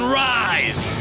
rise